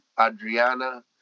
Adriana